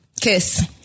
kiss